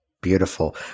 Beautiful